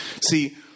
See